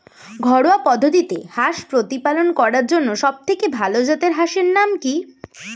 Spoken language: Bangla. ঘরোয়া পদ্ধতিতে হাঁস প্রতিপালন করার জন্য সবথেকে ভাল জাতের হাঁসের নাম কি?